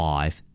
Five